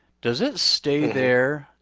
does it stay there,